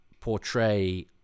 portray